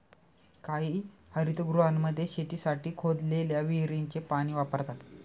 काही हरितगृहांमध्ये शेतीसाठी खोदलेल्या विहिरीचे पाणी वापरतात